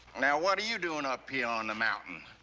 now, what are you doing up here on the mountain?